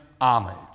homage